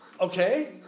Okay